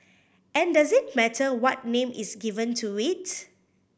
and does it matter what name is given to it